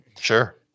Sure